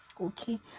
okay